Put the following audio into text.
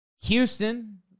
Houston